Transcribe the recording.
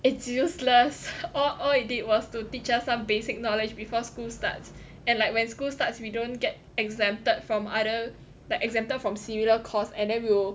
it's useless all all it did was to teach us some basic knowledge before school starts and like when school starts we don't get exempted from other like exempted from similar course and then we will